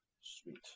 Sweet